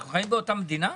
אנחנו חיים באותה מדינה?